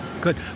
Good